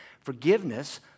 Forgiveness